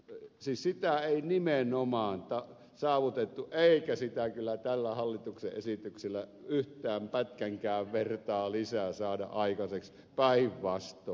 siis sitä ei nimenomaan saavutettu eikä sitä kyllä tällä hallituksen esityksellä yhtään pätkänkään vertaa lisää saada aikaiseksi päinvastoin